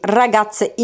ragazze